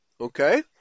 Okay